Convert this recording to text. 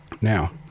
Now